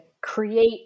create